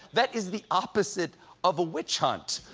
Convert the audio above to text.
that is the opposite of a witch hunt!